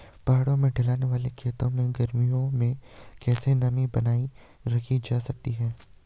पहाड़ों में ढलान वाले खेतों में गर्मियों में कैसे नमी बनायी रखी जा सकती है?